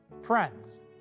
Friends